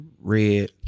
Red